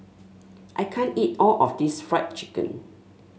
I can't eat all of this Fried Chicken